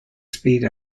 speed